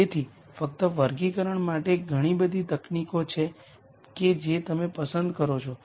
તેથી ફક્ત વર્ગીકરણ માટે ઘણી બધી તકનીકો છે કે જે તમે પસંદ કરો છો